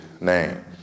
name